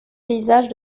paysage